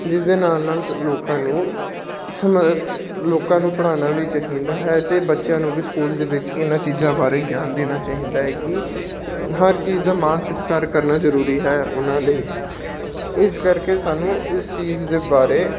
ਜਿਸਦੇ ਨਾਲ ਨਾਲ ਲੋਕਾਂ ਨੂੰ ਸਮ ਲੋਕਾਂ ਨੂੰ ਪੜ੍ਹਾਉਣਾ ਵੀ ਚਾਹੀਦਾ ਹੈ ਅਤੇ ਬੱਚਿਆਂ ਨੂੰ ਵੀ ਸਕੂਲ ਦੇ ਵਿੱਚ ਇਹਨਾਂ ਚੀਜ਼ਾਂ ਬਾਰੇ ਗਿਆਨ ਦੇਣਾ ਚਾਹੀਦਾ ਹੈ ਕਿ ਹਰ ਚੀਜ਼ ਦਾ ਮਾਨ ਸਤਿਕਾਰ ਕਰਨਾ ਜ਼ਰੂਰੀ ਹੈ ਉਹਨਾਂ ਲਈ ਇਸ ਕਰਕੇ ਸਾਨੂੰ ਇਸ ਚੀਜ਼ ਦੇ ਬਾਰੇ